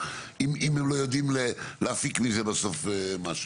אם הם לא יודעים להפיק מזה בסוף משהו.